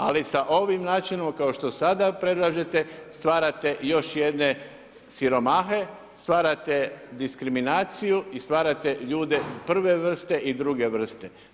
Ali sa ovim načinom kao što sada predlažete, stvarate još jedne siromahe, stvarate diskriminaciju i stvarate ljude prve vrste i druge vrste.